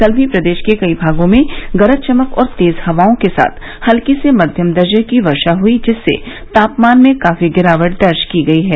कल भी प्रदेश के कई भागों में गरज चमक और तेज हवाओं के साथ हल्की से मध्यम दर्जे की वर्षा हुई जिससे तापमान में काफी गिरावट दर्ज की गई है